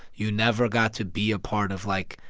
you never got to be a part of, like,